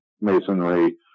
masonry